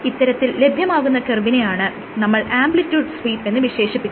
ഇത്തരത്തിൽ ലഭ്യമാകുന്ന കർവിനെയാണ് നമ്മൾ ആംപ്ലിട്യൂഡ് സ്വീപ്പെന്ന് വിശേഷിപ്പിക്കുന്നത്